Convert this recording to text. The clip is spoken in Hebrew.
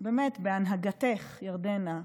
באמת בהנהגתך, ירדנה,